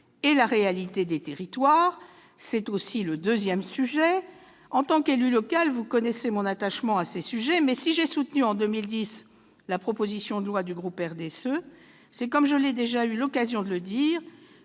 et la réalité des territoires. En tant qu'élue locale, vous connaissez mon attachement à ces sujets. Mais, si j'ai soutenu en 2010 la proposition de loi du groupe du RDSE, c'est, comme j'ai déjà eu l'occasion de le dire,